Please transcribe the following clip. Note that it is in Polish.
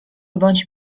bądź